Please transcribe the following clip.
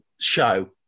show